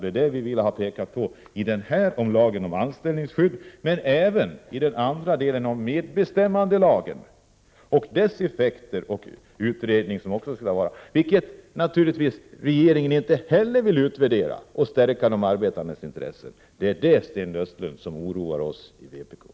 Det var det vi ville ha påpekat i frågan om lagen om anställningsskydd, men även i den andra delen, om medbestämmandelagens effekter, vilka regeringen naturligtvis inte heller vill utvärdera för att stärka de arbetandes intressen. Det är det som oroar oss i vpk, Sten Östlund.